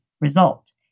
result